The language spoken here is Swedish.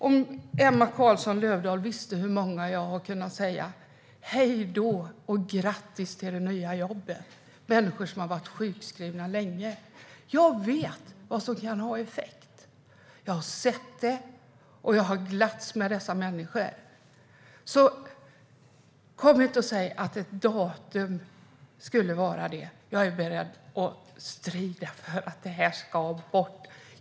Om Emma Carlsson Löfdahl visste till hur många jag har kunnat säga: Hej då, och grattis till det nya jobbet! Det är människor som har varit sjukskrivna länge. Jag vet vad som kan ha effekt - jag har sett det, och jag har glatt mig med dessa människor. Kom inte och säg att ett datum skulle ha det! Jag är beredd att strida för att det ska bort.